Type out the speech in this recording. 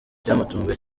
byamutunguye